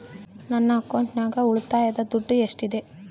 ನನ್ನ ಅಕೌಂಟಿನಾಗ ಉಳಿತಾಯದ ದುಡ್ಡು ಎಷ್ಟಿದೆ?